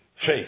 faith